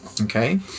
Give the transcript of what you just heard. Okay